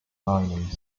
mining